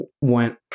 went